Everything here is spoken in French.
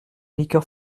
liqueur